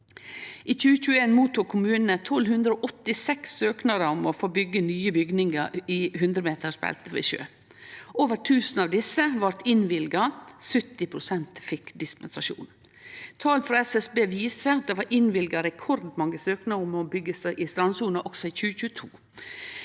I 2021 fekk kommunane inn 1 286 søknader om å få byggje nye bygningar i 100-metersbeltet ved sjø. Over 1 000 av desse vart innvilga, 70 pst. fekk dispensasjon. Tal frå SSB viser at det var innvilga rekordmange søknader om å byggje i strandsona også i 2022.